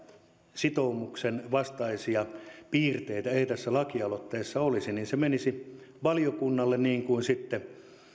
sitoumuksen vastaisia piirteitä ei tässä lakialoitteessa olisi niin se menisi valiokunnalle niin kuin sitten